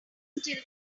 still